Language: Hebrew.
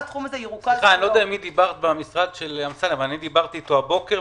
אני דיברתי אתו הבוקר,